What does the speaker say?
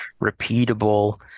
repeatable